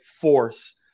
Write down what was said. force